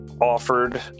offered